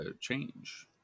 change